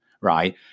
right